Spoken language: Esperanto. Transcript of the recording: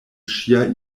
ŝia